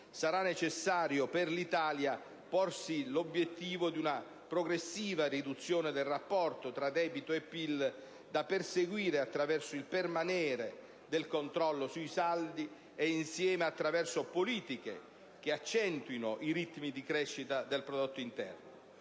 sarà necessario per l'Italia porsi l'obiettivo di una progressiva riduzione del rapporto tra debito e PIL, da perseguire attraverso il permanere del controllo sui saldi e insieme attraverso politiche che accentuino i ritmi di crescita del prodotto interno.